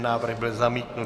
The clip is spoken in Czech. Návrh byl zamítnut.